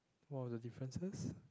one of the differences